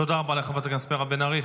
תודה רבה לחברת הכנסת מירב בן ארי.